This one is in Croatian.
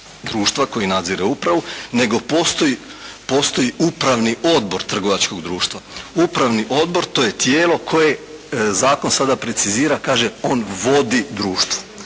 društva, koji nadzire upravu, nego postoji upravni odbor trgovačkog društva. Upravni odbor to je tijelo koje zakon sada precizira, kaže on vodi društvo.